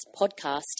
podcast